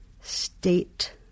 State